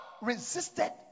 resisted